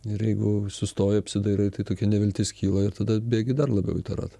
ir jeigu sustoji apsidairai tai tokia neviltis kyla ir tada bėgi dar labiau į tą ratą